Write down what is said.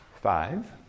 Five